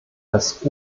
als